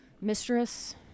mistress